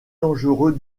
dangereux